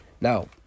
Now